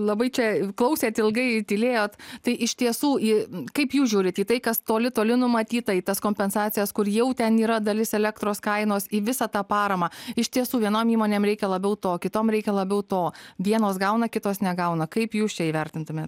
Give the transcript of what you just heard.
labai čia klausėt ilgai tylėjot tai iš tiesų į kaip jūs žiūrit į tai kas toli toli numatyta į tas kompensacijas kur jau ten yra dalis elektros kainos į visą tą paramą iš tiesų vienom įmonėm reikia labiau to kitom reikia labiau to vienos gauna kitos negauna kaip jūs čia įvertintumėt